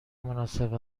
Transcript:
مناسب